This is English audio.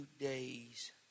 days